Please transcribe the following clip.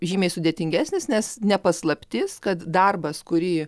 žymiai sudėtingesnis nes ne paslaptis kad darbas kurį